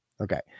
Okay